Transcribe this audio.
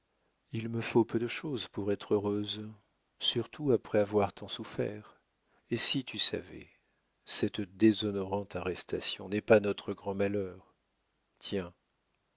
il me faut peu de chose pour être heureuse surtout après avoir tant souffert et si tu savais cette déshonorante arrestation n'est pas notre grand malheur tiens